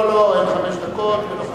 חמש דקות.